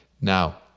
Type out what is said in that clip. now